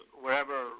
wherever